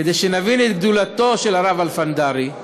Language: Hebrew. כדי שנבין את גדולתו של הרב אלפנדרי אני